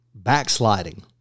backsliding